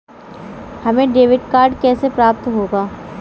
हमें debit card कैसे प्राप्त होगा?